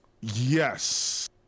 yes